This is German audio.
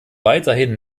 weiterhin